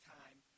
time